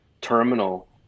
terminal